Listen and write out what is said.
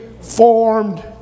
formed